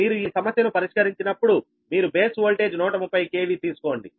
మీరు ఈ సమస్యను పరిష్కరించినప్పుడు మీరు బేస్ వోల్టేజ్ 130 KV తీసుకోండి